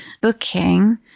booking